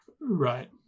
Right